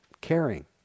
caring